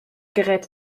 gerät